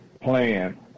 plan